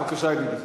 בבקשה, ידידי.